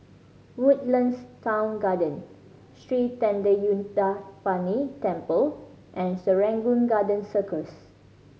Woodlands Town Garden Sri Thendayuthapani Temple and Serangoon Garden Circus